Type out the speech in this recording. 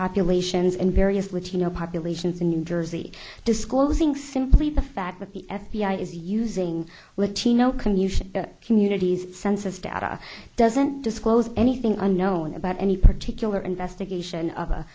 populations in various latino populations in new jersey disclosing simply the fact that the f b i is using latino community communities census data doesn't disclose anything unknown about any particular investigation of a